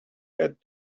had